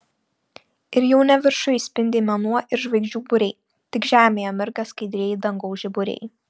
ir jau ne viršuj spindi mėnuo ir žvaigždžių būriai tik žemėje mirga skaidrieji dangaus žiburiai